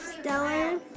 Stellar